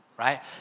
Right